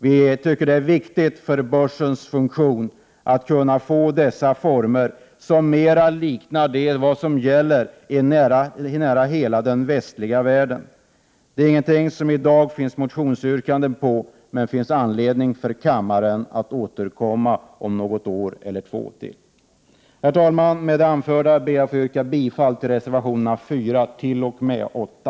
Vi tycker att det är viktigt för börsens funktion att den kan få sådana former som mer liknar dem som finns i så gott som hela den övriga västliga världen. I dag finns inga motionsyrkanden i den riktningen. Det finns dock anledning för kammaren att återkomma till denna fråga om ett år eller två. Herr talman! Med det anförda ber jag att få yrka bifall till reservationerna 4, 5, 6, 7 och 8.